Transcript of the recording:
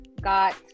got